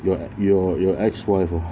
your your your ex wife ah